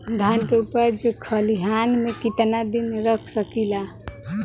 धान के उपज खलिहान मे कितना दिन रख सकि ला?